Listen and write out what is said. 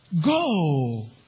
Go